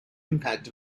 impact